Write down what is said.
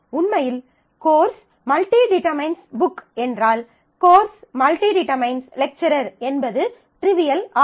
உண்மையில் course →→ book course →→ book என்றால் course →→ lecturer course →→ lecturer என்பது ட்ரிவியல் ஆகும்